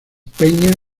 peña